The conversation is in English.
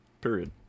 period